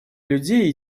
людей